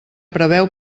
preveu